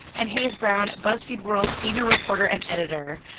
and hayes brown, buzzfeed world senior reporter and editor.